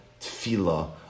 tefillah